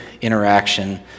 interaction